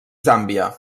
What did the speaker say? zàmbia